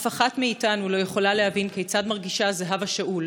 אף אחת מאיתנו לא יכולה להבין כיצד מרגישה זהבה שאול,